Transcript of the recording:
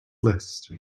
list